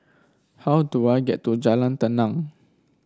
how do I get to Jalan Tenang